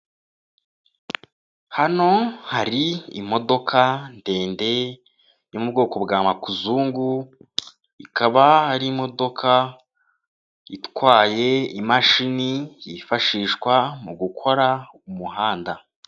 Hano hari imodoka ndende yo mubwoko bwa makuzungu ikaba ari imodoka itwaye imashini yifashishwa mu gukora umuhanda.